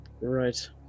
Right